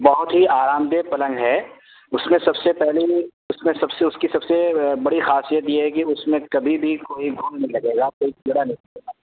بہت ہی آرام دہ پلنگ ہے اس میں سب سے پہلے یہ اس میں سب سے اس کی سب سے بڑی خاصیت یہ ہے کہ اس میں کبھی بھی کوئی گھن نہیں لگے گا کوئی کیڑا نہیں لگے گا